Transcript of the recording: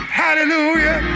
hallelujah